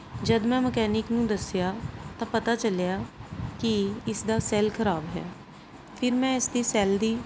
ਜਦ ਮੈਂ ਮਕੈਨਿਕ ਨੂੰ ਦੱਸਿਆ ਤਾਂ ਪਤਾ ਚੱਲਿਆ ਕਿ ਇਸਦਾ ਸੈਲ ਖਰਾਬ ਹੈ ਫਿਰ ਮੈਂ ਇਸਦੇ ਸੈਲ ਦੀ